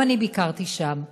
גם אני ביקרתי שם.